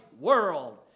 world